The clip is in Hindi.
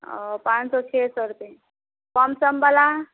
और पाँच सौ छः सौ रुपये और कम वाला